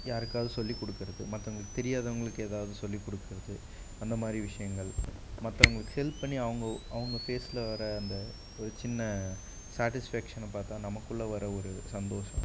யாருக்காவது சொல்லிக் கொடுக்கறது மற்றவங்களுக்கு தெரியாதவங்களுக்கு ஏதாவது சொல்லிக் கொடுக்கறது அந்தமாதிரி விஷயங்கள் மற்றவங்களுக்கு ஹெல்ப் பண்ணி அவங்க அவங்க ஃபேஸில் வர அந்த ஒரு சின்ன சாட்டிஸ்ஃபேக்ஷனை பார்த்தா நமக்குள்ளே வர ஒரு சந்தோஷம்